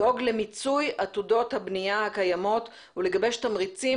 לדאוג למיצוי עתודות הבנייה הקיימות ולגבש תמריצים